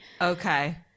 Okay